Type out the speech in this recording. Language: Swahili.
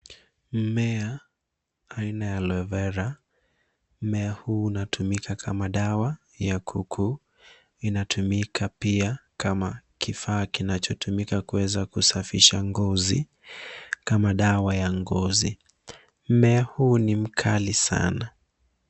Mmea aina ya aloe vera .Mmea huu unatumika kama dawa ya kuku . Inatumika pia kama kifaa kinachotumika kusafisha ngozi kama dawa ya ngozi. Mmea huu ni mkali sana.